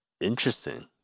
Interesting